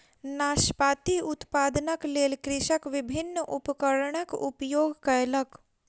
नाशपाती उत्पादनक लेल कृषक विभिन्न उपकरणक उपयोग कयलक